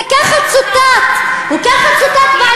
הוא ככה צוטט בעיתון,